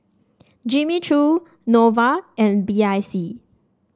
Jimmy Choo Nova and B I C